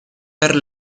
per